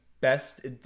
best